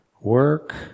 Work